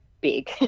big